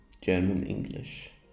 German-English